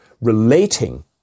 relating